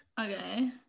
Okay